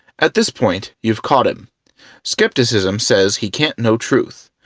at this point, you've caught him skepticism says he can't know truth,